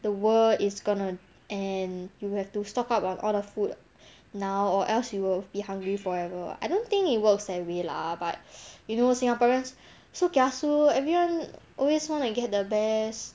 the world is gonna end you will have to stock up on all the food now or else you'll be hungry forever I don't think it works that way lah but you know singaporeans so kiasu everyone always wanna get the best